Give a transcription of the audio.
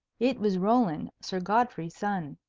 it was roland, sir godfrey's son.